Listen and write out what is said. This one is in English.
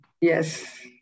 Yes